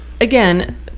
again